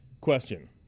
question